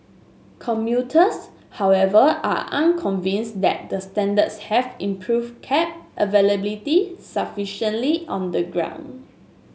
commuters however are unconvinced that the standards have improved cab availability sufficiently on the ground